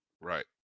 Right